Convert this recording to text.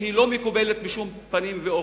והיא לא מקובלת בשום פנים ואופן.